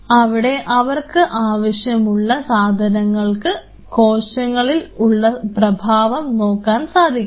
അവിടെ അവർക്ക് വിഷാംശമുള്ള സാധനങ്ങൾക്ക് കോശങ്ങളിൽ ഉള്ള പ്രഭാവം നോക്കാൻ സാധിക്കും